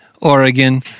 Oregon